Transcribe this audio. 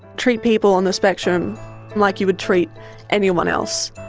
treat people on the spectrum like you would treat anyone else,